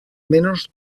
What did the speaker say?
menos